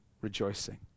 rejoicing